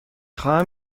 خواهم